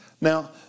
Now